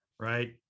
Right